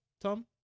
Tom